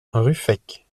ruffec